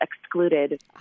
excluded